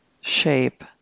shape